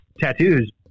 tattoos